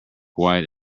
white